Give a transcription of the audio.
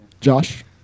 Josh